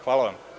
Hvala vam.